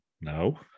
no